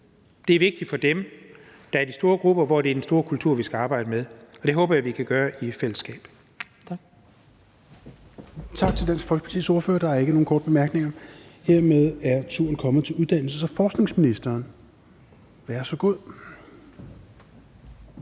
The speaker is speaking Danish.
det er vigtigt for dem. Og der er de store grupper, hvor det er den store kultur, vi skal arbejde med, og det håber jeg vi kan gøre i fællesskab.